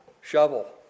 Shovel